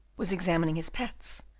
was examining his pets,